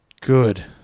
good